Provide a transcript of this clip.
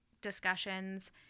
discussions